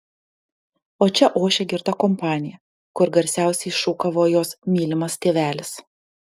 o čia ošė girta kompanija kur garsiausiai šūkavo jos mylimas tėvelis